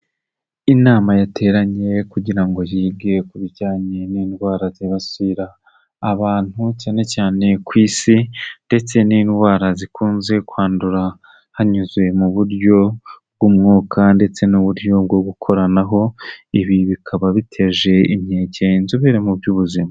Inama yateranye kugira ngo yige ku bijyanye n'indwara zibasira abantu, cyane cyane ku isi ndetse n'indwara zikunze kwandura hanyuze mu buryo bw'umwuka ndetse n'uburyo bwo gukoranaho, ibi bikaba biteje inkeke inzobere mu by'ubuzima.